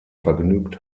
vergnügt